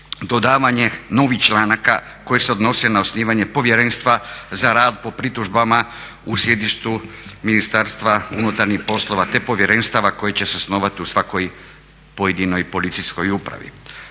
dodavanje novih članaka koje se odnose na osnivanje Povjerenstva za rad po pritužbama u sjedištu Ministarstva unutarnjih poslova, te povjerenstava koji će se osnovati u svakoj pojedinoj policijskoj upravi.